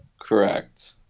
Correct